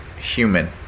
human